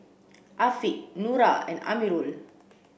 Afiq Nura and Amirul